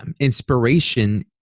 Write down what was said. inspiration